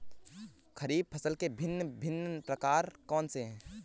खरीब फसल के भिन भिन प्रकार कौन से हैं?